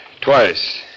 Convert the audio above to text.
twice